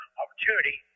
opportunity